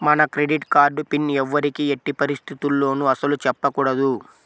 మన credit card PIN ఎవ్వరికీ ఎట్టి పరిస్థితుల్లోనూ అస్సలు చెప్పకూడదు